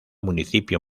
municipio